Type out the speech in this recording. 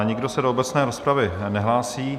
Nikdo se do obecné rozpravy nehlásí.